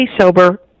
sober